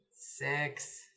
Six